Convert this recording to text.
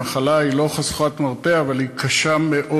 המחלה היא לא חשוכת מרפא, אבל היא קשה מאוד.